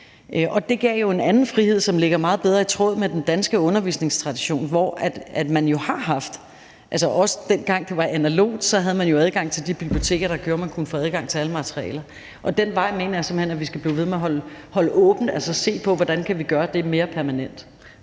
det gav jo en anden frihed, som ligger meget bedre i tråd med den danske undervisningstradition, hvor man, også dengang det var analogt, har haft adgang til de biblioteker, der gjorde, at man kunne få adgang til alle materialer. Og den vej mener jeg simpelt hen at vi skal blive ved med at holde åben, altså se på, hvordan vi kan gøre det mere permanent.